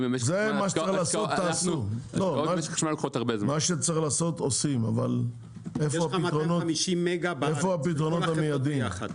מה שצריך לעשות, אבל איפה הפתרונות המיידיים?